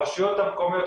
ברשויות המקומיות,